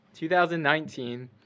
2019